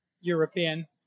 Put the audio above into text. European